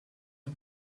het